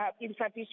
insufficient